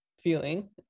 feeling